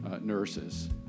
nurses